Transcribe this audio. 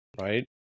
Right